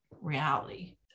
reality